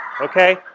Okay